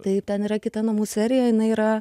taip ten yra kita namų serija jinai yra